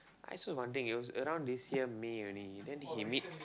I also wondering it was around this year May only then he meet